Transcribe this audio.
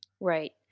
Right